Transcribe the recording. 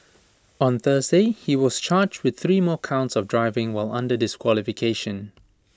on Thursday he was charged with three more counts of driving while under disqualification